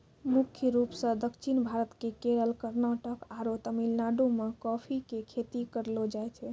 मुख्य रूप सॅ दक्षिण भारत के केरल, कर्णाटक आरो तमिलनाडु मॅ कॉफी के खेती करलो जाय छै